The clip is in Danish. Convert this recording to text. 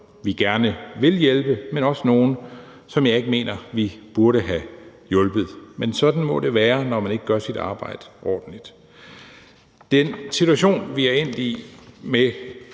vi gerne vil hjælpe, men også nogle, som jeg ikke mener vi burde have hjulpet. Men sådan må det være, når man ikke gør sit arbejde ordentligt. Den situation, vi er endt i,